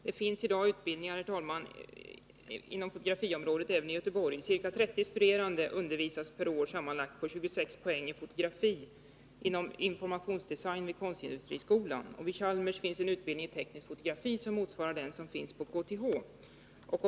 Herr talman! Det finns i dag utbildningar inom fotografiområdet även i Göteborg. Ca 30 studerande undervisas per år sammanlagt för 26 poäng i fotografi inom informationsdesign vid Konstindustriskolan. Vidare finns vid Chalmers en utbildning i teknisk fotografi, som motsvarar den som finns vid KTH.